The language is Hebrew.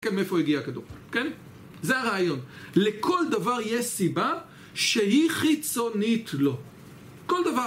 כן, מאיפה הגיע הכדור? כן? זה הרעיון. לכל דבר יש סיבה שהיא חיצונית לו. כל דבר.